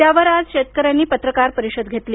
त्यावर आज शेतकऱ्यांनी पत्रकार परिषद घेतली